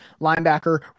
linebacker